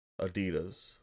Adidas